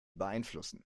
beeinflussen